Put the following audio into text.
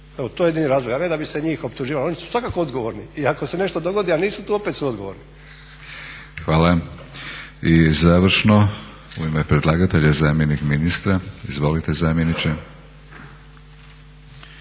Evo to je jedini razlog, a ne da bi se njih optuživalo, oni su svakako odgovorni i ako se nešto dogodi a nisu tu opet su odgovorni. **Batinić, Milorad (HNS)** Hvala. I završno u ime predlagatelja zamjenik ministra, izvolite zamjeniče.